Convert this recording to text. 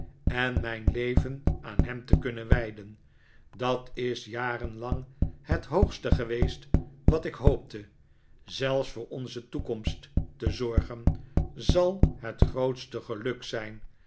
en mijn leven aan hem te kunnen wijden dat is jarenlang het hoogste geweest wat ik hoopte zelf voor onze toekomst te zorgen zal het grootste geluk zijn